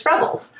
Rebels